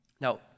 Now